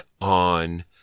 on